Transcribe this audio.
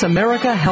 America